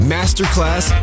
Masterclass